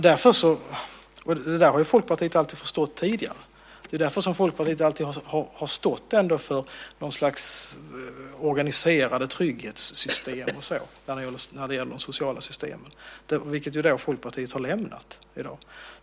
Detta har Folkpartiet alltid förstått tidigare. Det är därför Folkpartiet ändå alltid har stått för något slags organiserade trygghetssystem när det gäller de sociala systemen. Men detta har ju Folkpartiet lämnat i dag.